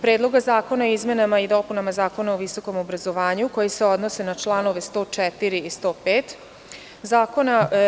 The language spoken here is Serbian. Predloga zakona o izmenama i dopunama Zakona o visokom obrazovanju, koji se odnose na članove 104. i 105. zakona.